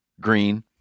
green